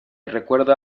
recuerda